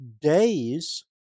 days